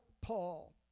Paul